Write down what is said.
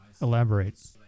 Elaborate